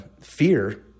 fear